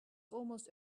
almost